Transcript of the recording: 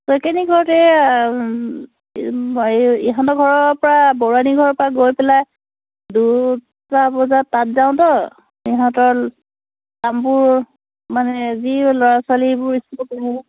শইকীয়ানী ঘৰতে এই ইহঁতৰ ঘৰৰ পৰা বৰুৱানী ঘৰৰ পৰা গৈ পেলাই দুটা বজাত তাত যাওঁতো ইহঁতৰ কামবোৰ মানে যি ল'ৰা ছোৱালীবোৰ ইস্কুলত পঢ়ে